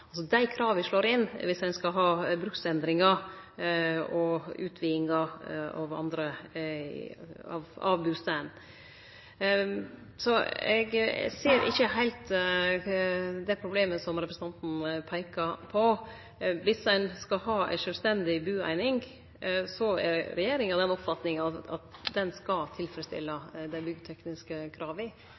Dei krava slår inn viss ein skal ha bruksendringar og utvidingar av bustaden, så eg ser ikkje heilt det problemet som representanten peikar på. Viss ein skal ha ei sjølvstendig bueining, er regjeringa av den oppfatninga at ho skal tilfredsstille dei byggtekniske krava.